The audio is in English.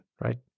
right